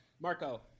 Marco